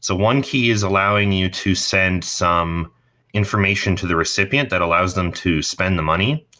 so one key is allowing you to send some information to the recipient that allows them to spend the money.